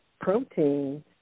proteins